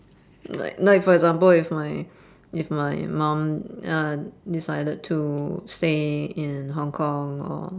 like like for example if my if my mum uh decided to stay in hong-kong or